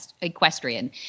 equestrian